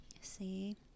see